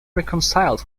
reconciles